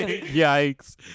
yikes